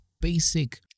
basic